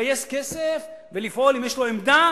לגייס כסף ולפעול אם יש לו עמדה,